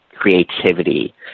creativity